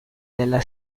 della